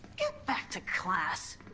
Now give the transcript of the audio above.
get back to class!